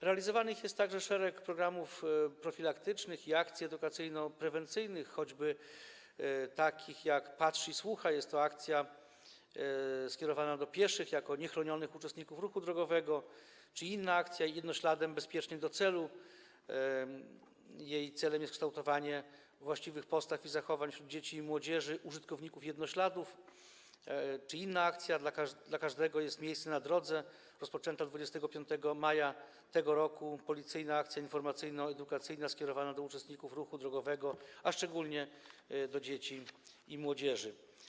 Realizowanych jest także szereg programów profilaktycznych i akcji edukacyjno-prewencyjnych, choćby takich jak „Patrz i słuchaj” - jest to akcja skierowana do pieszych jako niechronionych uczestników ruchu drogowego - czy akcja „Jednośladem bezpiecznie do celu”, której celem jest kształtowanie właściwych postaw i zachowań dzieci i młodzieży, użytkowników jednośladów, czy inna akcja „Dla każdego jest miejsce na drodze”, rozpoczęta 25 maja tego roku policyjna akcja informacyjno-edukacyjna skierowana do uczestników ruchu drogowego, szczególnie do dzieci i młodzieży.